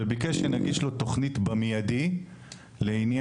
וביקש שנגיש לו תוכנית במיידי לעניין